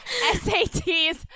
SATs